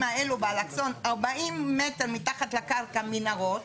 האלה באלכסון 40 מטר מתחת לקרקע מנהרות